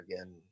again